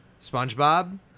SpongeBob